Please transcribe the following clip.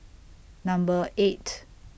Number eight